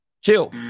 chill